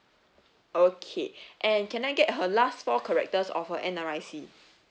okay and can I get her last four characters of her N_R_I_C